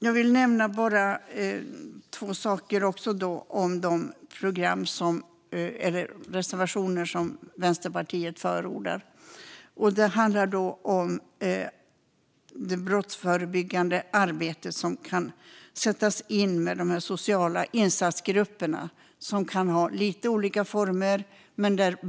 Jag vill också nämna de två reservationer som Vänsterpartiet lämnat. Den ena handlar om det brottsförebyggande arbete som kan sättas in med de sociala insatsgrupperna, vilka kan ha lite olika former.